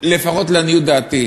לפחות לעניות דעתי,